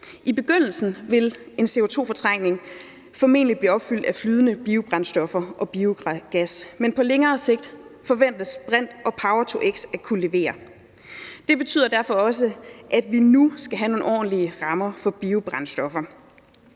I begyndelsen vil en CO2-fortrængning formentlig blive opfyldt af flydende biobrændstoffer og biogas, men på længere sigt forventes brint og power-to-x at kunne levere. Det betyder derfor også, at vi nu skal have nogle ordentlige rammer for biobrændstoffer